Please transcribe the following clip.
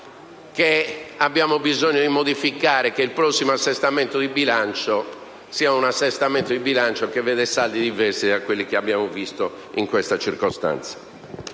che abbiamo bisogno di modificare il prossimo assestamento di bilancio affinché preveda saldi diversi da quelli che abbiamo visto in questa circostanza.